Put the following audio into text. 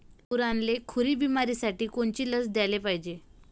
गुरांइले खुरी बिमारीसाठी कोनची लस द्याले पायजे?